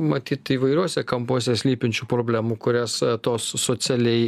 matyt įvairiuose kampuose slypinčių problemų kurias tos socialiai